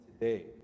today